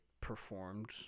performed